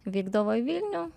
vykdavo į vilnių